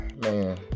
man